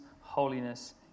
holiness